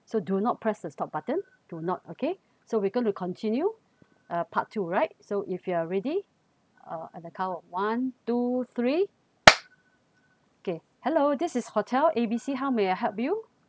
so do not press the stop button do not okay so we're gone to continue uh part two right so if you are ready uh at the count of one two three okay hello this is hotel A B C how may I help you